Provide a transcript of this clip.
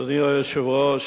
אדוני היושב-ראש,